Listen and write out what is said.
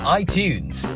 iTunes